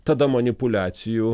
tada manipuliacijų